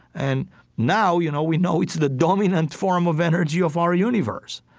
and now, you know, we know it's the dominant form of energy of our universe.